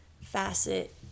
facet